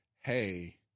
hey